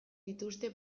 dituzte